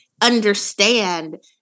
understand